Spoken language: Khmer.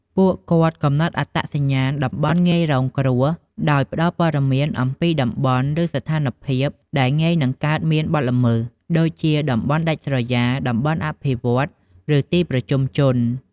ពួកគាត់កំណត់អត្តសញ្ញាណតំបន់ងាយរងគ្រោះ ដោយផ្ដល់ព័ត៌មានអំពីតំបន់ ឬស្ថានភាពដែលងាយនឹងកើតមានបទល្មើស ដូចជាតំបន់ដាច់ស្រយាល តំបន់អភិវឌ្ឍន៍ ឬទីប្រជុំជន។